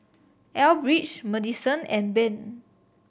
Elbridge Madisen and Ben